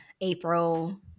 April